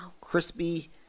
Crispy